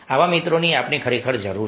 આવા મિત્રોની આપણને ખરેખર જરૂર છે